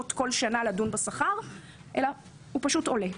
כול שנה לדון בשכר אלא הוא פשוט עולה.